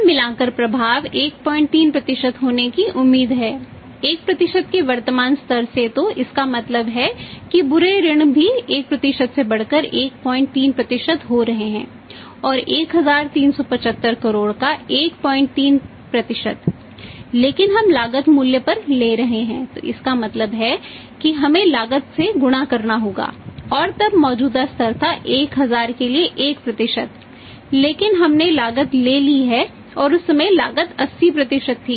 कुल मिलाकर प्रभाव 13 होने की उम्मीद है 1 के वर्तमान स्तर से तो इसका मतलब है कि बुरे ऋण भी 1 से बढ़कर 13 हो रहे हैं और 1375 करोड़ का 13 लेकिन हम लागत मूल्य पर ले रहे हैं तो इसका मतलब है कि हमें लागत से गुणा करना होगा और तब मौजूदा स्तर था 1000 के लिए 1 लेकिन हमने लागत ले ली है और उस समय लागत 80 थी